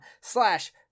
slash